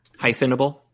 hyphenable